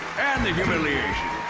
and the humiliation.